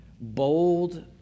bold